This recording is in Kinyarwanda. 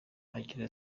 agira